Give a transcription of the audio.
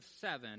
seven